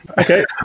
Okay